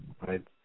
right